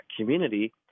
community